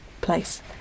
place